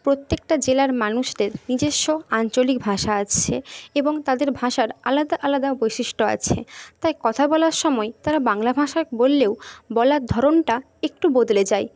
প্রত্যেকটা জেলার মানুষদের নিজস্ব আঞ্চলিক ভাষা আছে এবং তাদের ভাষার আলাদা আলাদা বৈশিষ্ট্য আছে তাই কথা বলার সময় তারা বাংলা ভাষায় বললেও বলার ধরনটা একটু বদলে যায়